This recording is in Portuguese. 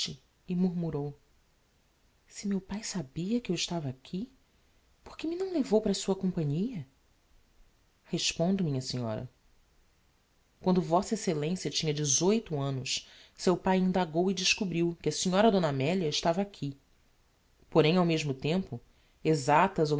murmurou se meu pai sabia que eu estava aqui porque me não levou para a sua companhia respondo minha senhora quando v exc a tinha dezoito annos seu pai indagou e descobriu que a snr a d amelia estava aqui porém ao mesmo tempo exactas